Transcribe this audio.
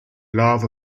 lava